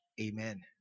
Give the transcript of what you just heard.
Amen